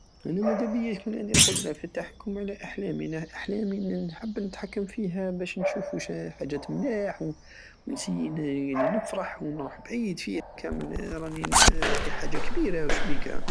انا مدابية يكون عندي القدرة في التحكم في احلامي لان احلامي نحب نتحكم فيها بش نشوف وش حاجات ملاح ونسيي يعني نفرح ونروح بعيد فيها كامل راني- هدي حاجة كبيرة وشبيكا